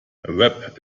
rap